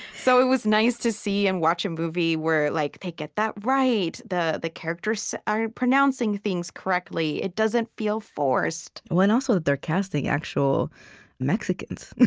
so it was nice to see and watch a movie where like they get that right. the the characters are pronouncing things correctly. it doesn't feel forced well, and also that they're casting actual mexicans,